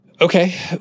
Okay